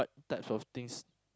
types of things